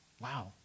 wow